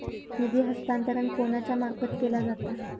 निधी हस्तांतरण कोणाच्या मार्फत केला जाता?